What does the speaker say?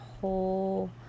whole